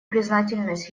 признательность